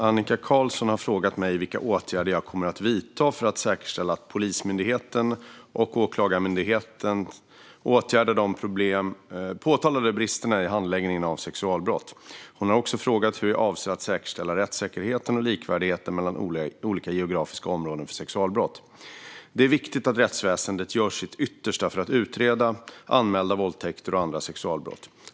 Fru talman! har frågat mig vilka åtgärder jag kommer att vidta för att säkerställa att Polismyndigheten och Åklagarmyndigheten åtgärdar de påtalade bristerna i handläggningen av sexualbrott. Hon har också frågat hur jag avser att säkerställa rättssäkerheten och likvärdigheten mellan olika geografiska områden för sexualbrott. Det är viktigt att rättsväsendet gör sitt yttersta för att utreda anmälda våldtäkter och andra sexualbrott.